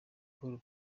paulo